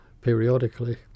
periodically